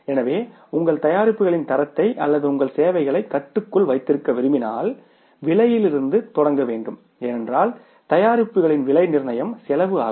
எனவே உங்கள் தயாரிப்புகளின் தரத்தை அல்லது உங்கள் சேவைகளை கட்டுக்குள் வைத்திருக்க விரும்பினால் விலையிலிருந்து தொடங்க வேண்டும் ஏனென்றால் தயாரிப்புகளின் விலை நிர்ணயம் செலவு ஆகும்